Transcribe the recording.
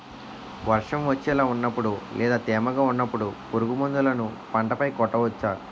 వర్షం వచ్చేలా వున్నపుడు లేదా తేమగా వున్నపుడు పురుగు మందులను పంట పై కొట్టవచ్చ?